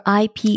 IP